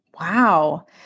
Wow